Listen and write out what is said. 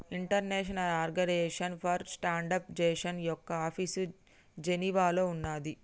international organisation for standardisation యొక్క office జెనీవాలో ఉన్నాది